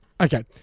Okay